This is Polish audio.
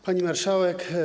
Pani Marszałek!